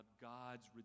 God's